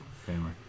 family